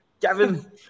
Kevin